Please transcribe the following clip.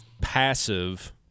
passive